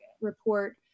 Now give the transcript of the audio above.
report